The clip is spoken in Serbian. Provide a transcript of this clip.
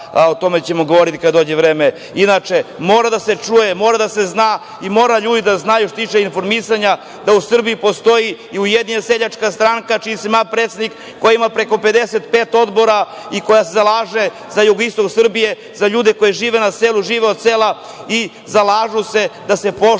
o tome ćemo govoriti kada dođe vreme. Inače, mora da se čuje, mora da se zna i moraju ljudi da znaju, što se tiče informisanja, da u Srbiji postoji i Ujedinjena seljačka stranka čiji sam ja predstavnik, koja ima preko 55 odbora i koja se zalaže za jugoistok Srbije, za ljude koji žive na selu, žive od sela i zalažu se da se poštuje